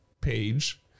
page